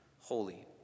holy